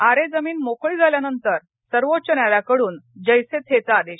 आरे जमीन मोकळी झाल्यानंतर सर्वोच्च न्यायालयाकडून जैसे थे चा आदेश